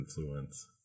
influence